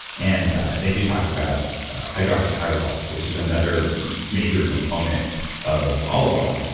and they do talk about hydroxytyrosol, which is another major component of olive oil.